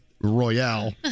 Royale